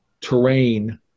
terrain